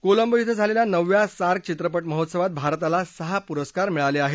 कोलंबो िब्झालेल्या नवव्या सार्क चित्रपट महोत्सवात भारताला सहा पुरस्कार मिळाले आहेत